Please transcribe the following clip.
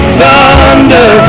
thunder